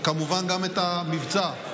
וכמובן גם את המבצע.